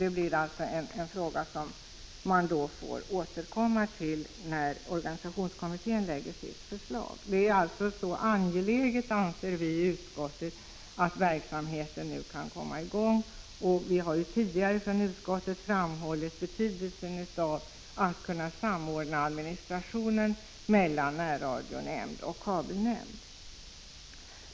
Det är en fråga som man måste få återkomma till när organisationskommittén lägger fram sitt förslag. Inom utskottet anser vi att det är mycket angeläget att verksamheten nu kan komma i gång. Vi har ju tidigare från utskottets sida framhållit betydelsen av att kunna samordna administrationen mellan närradionämnd och kabelnämnd.